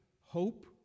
hope